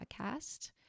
podcast